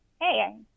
Hey